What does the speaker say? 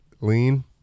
lean